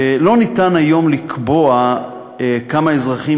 3. לא ניתן היום לקבוע כמה אזרחים